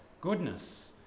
goodness